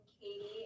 katie